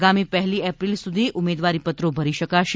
આગામી પહેલી એપ્રિલ સુધી ઉમેદવારી પત્રો ભરી શકાશે